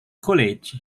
college